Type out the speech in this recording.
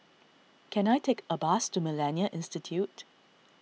can I take a bus to Millennia Institute